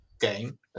game